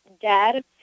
dad